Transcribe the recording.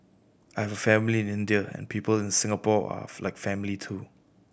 I have a family in India and people in Singapore are like family too